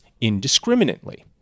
indiscriminately